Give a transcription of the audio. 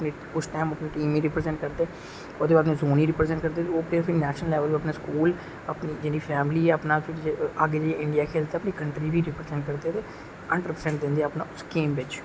उस टैंम टीमें गी रिप्रसेंट करदे ओहदे बाद नेशनल लेबल स्कूल अपनी फैमली अपना अग्गै जेइयै इंडियां खैलदा ते हंडरेड प्रसेंट दिंदे अपना गेम च